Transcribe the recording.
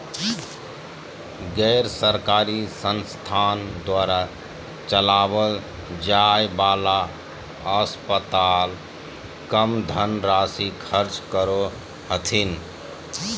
गैर सरकारी संस्थान द्वारा चलावल जाय वाला अस्पताल कम धन राशी खर्च करो हथिन